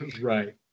Right